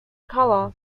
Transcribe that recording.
color